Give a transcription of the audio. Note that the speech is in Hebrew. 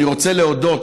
אני רוצה להודות